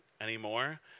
anymore